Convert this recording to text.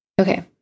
Okay